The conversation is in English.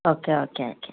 okay okay okay